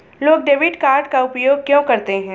लोग debit card का उपयोग क्यों करते हैं?